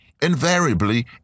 Invariably